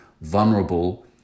vulnerable